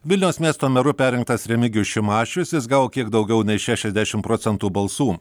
vilniaus miesto meru perrinktas remigijus šimašius jis gavo kiek daugiau nei šešiasdešim procentų balsų